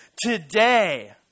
Today